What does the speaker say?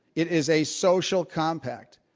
it is a social compact.